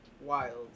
Wild